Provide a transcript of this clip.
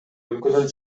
өлкөдөн